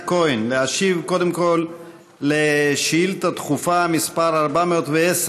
כהן להשיב קודם כול על שאילתה דחופה מס' 410,